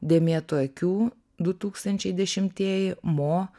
dėmėtų akių du tūkstančiai dešimtieji mo